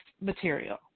material